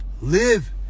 Live